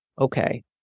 okay